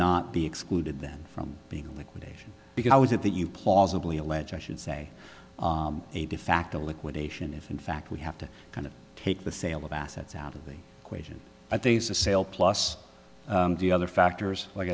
not be excluded then from being a liquidation because i was it that you plausibly allege i should say a defacto liquidation if in fact we have to kind of take the sale of assets out of the equation i think the sale plus the other factors like